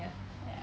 ya